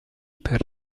per